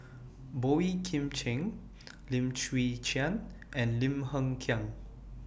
Boey Kim Cheng Lim Chwee Chian and Lim Hng Kiang